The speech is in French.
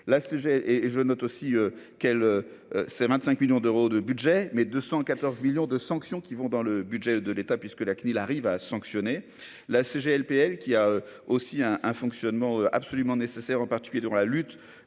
je note aussi qu'elle 25 millions d'euros de budget mais 214 millions de sanctions qui vont dans le budget de l'État puisque la CNIL arrive à sanctionner la CGLPL qui a aussi un un fonctionnement absolument nécessaire, en particulier dans la lutte